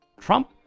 Trump